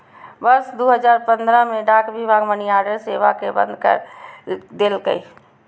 वर्ष दू हजार पंद्रह मे डाक विभाग मनीऑर्डर सेवा कें बंद कैर देलकै